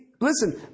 listen